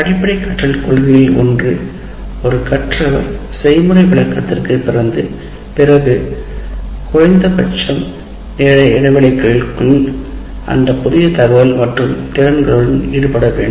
அடிப்படை கற்றல் கொள்கைகளில் ஒன்று ஒரு கற்றவர் செய்முறை விளக்கத்திற்கு பிறகு குறைந்தபட்ச நேர இடைவெளியுடன் தகவல் மற்றும் திறன்கள் குறித்து புதியவருடன் ஈடுபட வேண்டும்